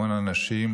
המון אנשים,